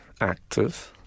actors